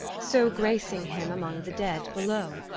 so gracing him among the dead below.